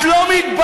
את לא מתביישת?